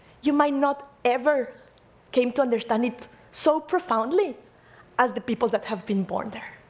you might not ever came to understand it so profoundly as the people that have been born there.